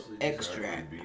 extract